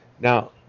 Now